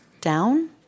Down